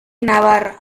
navarra